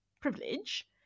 privilege